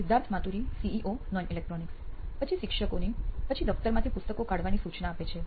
Siddharth Maturi CEO નોઇન electronics પછી શિક્ષકોની પછી દફતરમાંથી પુસ્તકો કાઢવાની સૂચના આપે છે